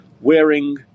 wearing